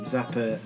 Zappa